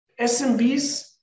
SMBs